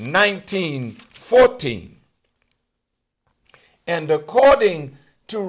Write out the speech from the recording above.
nineteen fourteen and according to